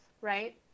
right